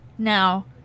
now